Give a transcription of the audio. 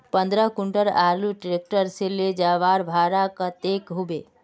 पंद्रह कुंटल आलूर ट्रैक्टर से ले जवार भाड़ा कतेक होबे?